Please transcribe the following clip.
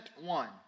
one